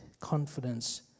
confidence